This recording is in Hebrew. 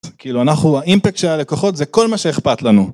כאילו אנחנו, האימפקט של הלקוחות זה כל מה שאכפת לנו.